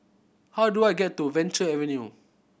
how do I get to Venture Avenue